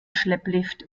schlepplift